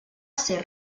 ser